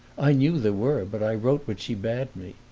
i knew there were, but i wrote what she bade me.